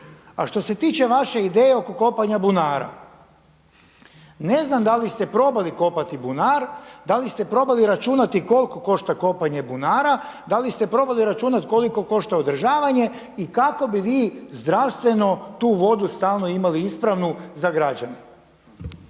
A što se tiče vaše ideje oko kopanja bunara, ne znam da li ste probali kopati bunar, da li se probali računati koliko košta kopanje bunara, da li ste probali računati koliko košta održavanje i kako bi vi zdravstveno tu vodu stalno imali ispravnu za građane.